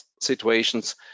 situations